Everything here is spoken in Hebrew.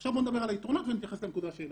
עכשיו בוא נדבר על היתרונות ונתייחס לנקודה שהעלית.